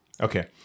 Okay